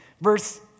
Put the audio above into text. Verse